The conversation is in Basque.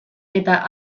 eta